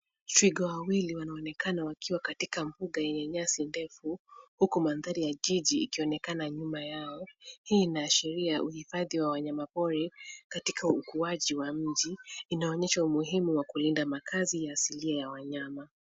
Twiga wawili wanaonekana wakiwa katika mbuga yenye nyasi ndefu huku mandhari ya jiji ikionekana nyuma yao. Hii inaashiria uhifadhi wa wanyamapori katika ukuaji wa mji. Inaonyesha umuhimu wa kulinda makazi ya asili ya wanyama.